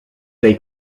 they